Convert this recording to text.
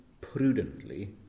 prudently